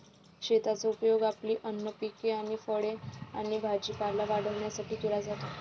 शेताचा उपयोग आपली अन्न पिके आणि फळे आणि भाजीपाला वाढवण्यासाठी केला जातो